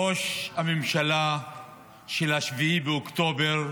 ראש הממשלה של 7 באוקטובר,